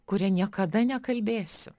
kuria niekada nekalbėsiu